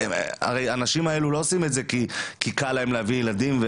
הרי הנשים האלו לא עושות את זה כי קל להן להביא ילדים,